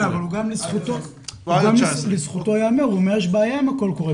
גם לזכותו ייאמר שהוא אומר שיש בעיה עם הקול קורא.